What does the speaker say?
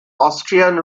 austrian